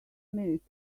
minutes